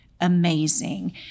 amazing